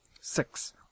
Six